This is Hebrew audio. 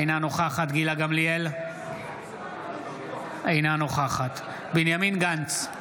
אינה נוכחת גילה גמליאל, אינה נוכחת בנימין גנץ,